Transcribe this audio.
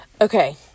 Okay